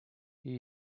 you